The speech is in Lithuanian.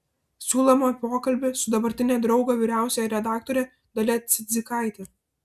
siūlome pokalbį su dabartine draugo vyriausiąja redaktore dalia cidzikaite